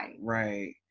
Right